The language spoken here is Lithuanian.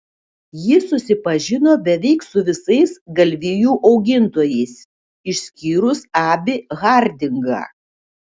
ji susipažino beveik su visais galvijų augintojais išskyrus abį hardingą